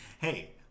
hey